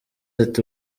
ati